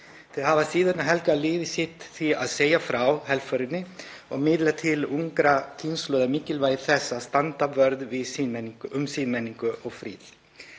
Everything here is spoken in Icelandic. Þær hafa síðan helgað líf sitt því að segja frá helförinni og miðla til ungra kynslóða mikilvægi þess að standa vörð um siðmenningu og frið.